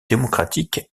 démocratique